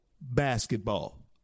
basketball